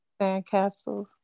Sandcastles